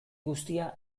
guztia